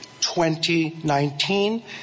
2019